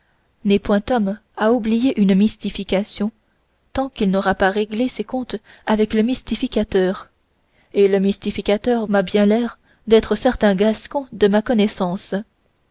n'est point homme à oublier une mystification tant qu'il n'aura pas réglé ses comptes avec le mystificateur et le mystificateur m'a bien l'air d'être certain gascon de ma connaissance